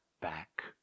back